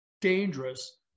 dangerous